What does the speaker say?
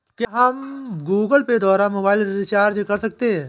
क्या हम Google Pay द्वारा मोबाइल रिचार्ज कर सकते हैं?